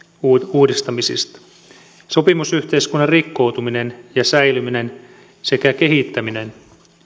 uudistamisista sopimusyhteiskunnan rikkoutuminen ja säilyminen sekä kehittäminen